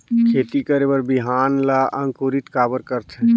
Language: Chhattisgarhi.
खेती करे बर बिहान ला अंकुरित काबर करथे?